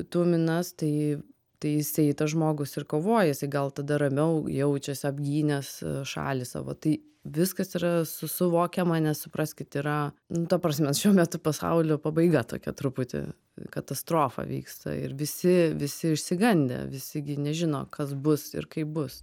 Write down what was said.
tuminas tai tai jisai tas žmogus ir kovoja jisai gal tada ramiau jaučiuosi apgynęs šalį savo tai viskas yra su suvokiama nes supraskit yra nu ta prasme šiuo metu pasaulio pabaiga tokia truputį katastrofa vyksta ir visi visi išsigandę visi gi nežino kas bus ir kaip bus